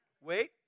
Wait